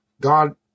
God